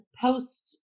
post